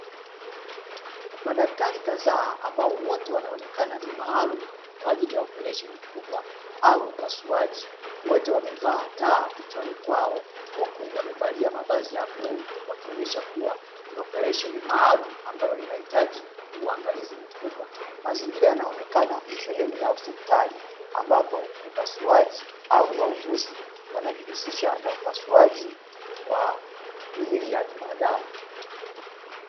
Madaktari kadhaa ambao wote wanaonekana ni maalumu kwa ajili ya operesheni kubwa au upasuaji, wote wamevaa taa kichwani mwao, huku wamevalia mavazi ya bluu wakionyesha kuwa ni operasheni maalumu ambayo inahitaji uangalizi mkubwa. Mazingira yanaonekana ni sehemu ya hospitali ambapo wapasuaji au wauguzi wanajihusisha na upasuaji wa miili ya binadamu.